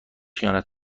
خیانت